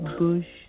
bush